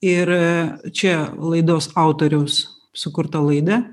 ir čia laidos autoriaus sukurta laida